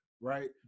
right